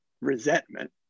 resentment